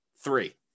three